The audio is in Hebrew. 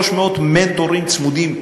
300 מנטורים צמודים,